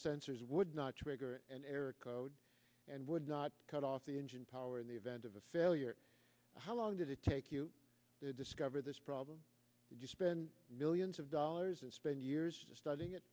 sensors would not trigger an error code and would not cut off the engine power in the event of a failure how long did it take you to discover this problem you spend millions of dollars and spend years studying it